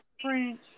French